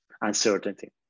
uncertainty